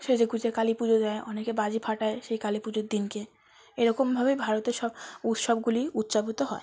সেজে গুজে কালী পুজো দেয় অনেকে বাজি ফাটায় সেই কালী পুজোর দিনকে এরকমভাবেই ভারতের সব উৎসবগুলি উদযাপিত হয়